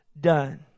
done